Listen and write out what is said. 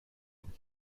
nacht